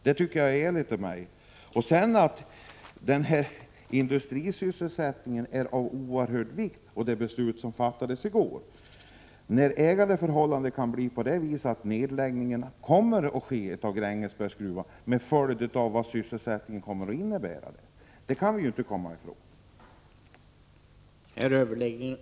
Det är självklart att industrisysselsättningen och det beslut som fattades i går är av oerhörd vikt, när ägarförhållandet kan bli sådant att Grängesbergsgruvan kommer att läggas ner, med de följder det får för sysselsättningen.